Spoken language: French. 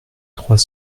trois